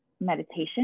meditation